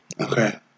Okay